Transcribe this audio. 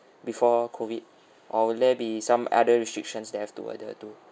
before COVID or will there be some other restrictions that have to adhere to